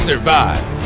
Survive